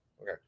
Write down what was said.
Okay